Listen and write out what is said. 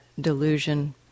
delusion